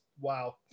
wow